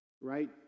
right